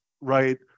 right